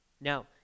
Now